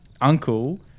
uncle